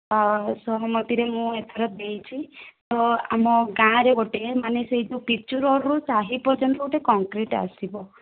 ସହମତିରେ ମୁଁ ଏଥର ଦେଇଛି ତ ଆମ ଗାଁରେ ଗୋଟିଏ ମାନେ ସେ ଯେଉଁ ପିଚୁ ରୋଡ଼ରୁ ସାହି ପର୍ଯ୍ୟନ୍ତ ଯେଉଁ କଂକ୍ରିଟ ଆସିବ